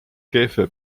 keefe